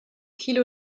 kilo